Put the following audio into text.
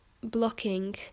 blocking